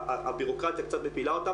והביורוקרטיה קצת מפילה אותם,